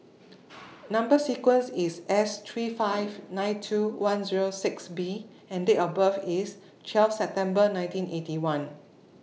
Number sequence IS S three five nine two one Zero six B and Date of birth IS twelve September nineteen Eighty One